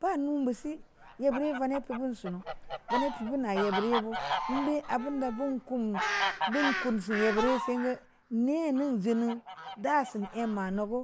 Ba nu bu si ye birri vani pip bun sunu vani pubun na a bireu buō am bē āun da bōon kunq bun kun se'yē bire' singə ne ŋeŋ junu da siin a ma nogə